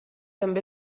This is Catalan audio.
també